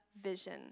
vision